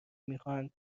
میخواهند